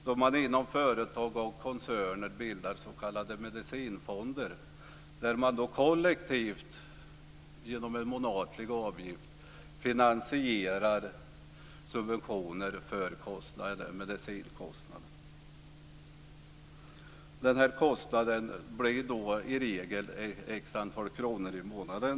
Man bildar inom företag och koncerner s.k. medicinfonder och finansierar genom en månatlig avgift kollektivt subventioner för medicinkostnader. Den här kostnaden blir då i regel x kronor i månaden.